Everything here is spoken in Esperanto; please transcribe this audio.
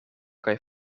kaj